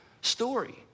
story